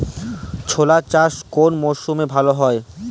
ছোলা চাষ কোন মরশুমে ভালো হয়?